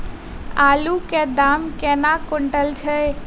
आलु केँ दाम केना कुनटल छैय?